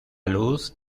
luz